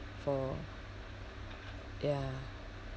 for ya